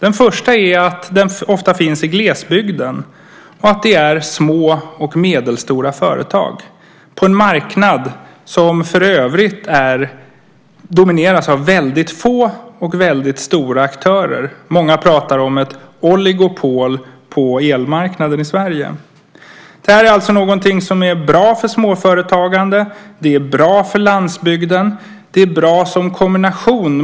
En är att den ofta finns i glesbygden och att det är små och medelstora företag på en marknad som för övrigt domineras av väldigt få och väldigt stora aktörer. Man pratar om ett oligopol på elmarknaden i Sverige. Det är alltså något som är bra för småföretagande. Det är bra för landsbygden. Det är bra som kombination.